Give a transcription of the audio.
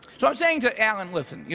so i'm saying to alan, listen, yeah